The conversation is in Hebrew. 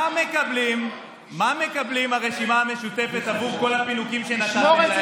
מה מקבלת הרשימה המשותפת עבור כל הפינוקים שנתתם?